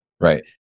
Right